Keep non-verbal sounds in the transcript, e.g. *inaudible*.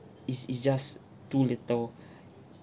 is is just too little *breath*